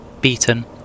beaten